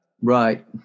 Right